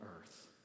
earth